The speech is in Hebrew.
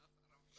ידבר.